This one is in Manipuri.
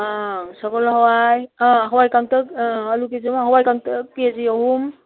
ꯑꯥ ꯁꯒꯣꯜ ꯍꯋꯥꯏ ꯑꯥ ꯍꯋꯥꯏ ꯀꯥꯡꯇꯛ ꯑꯥ ꯑꯂꯨ ꯀꯦ ꯖꯤ ꯃꯉꯥ ꯍꯋꯥꯏ ꯀꯥꯡꯇꯛ ꯀꯦ ꯖꯤ ꯑꯍꯨꯝ